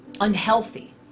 unhealthy